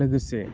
लोगोसे